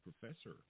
professor